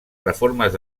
reformes